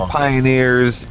pioneers